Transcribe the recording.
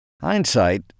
Hindsight